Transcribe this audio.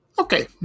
Okay